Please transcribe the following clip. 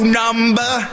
number